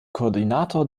koordinator